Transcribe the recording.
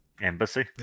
embassy